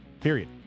Period